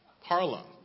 Harlem